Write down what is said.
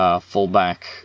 fullback